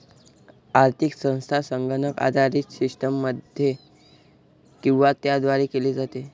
आर्थिक संस्था संगणक आधारित सिस्टममध्ये किंवा त्याद्वारे केली जाते